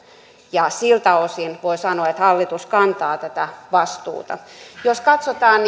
ja siltä osin voi sanoa että hallitus kantaa tätä vastuuta jos katsotaan